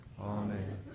amen